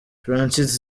francis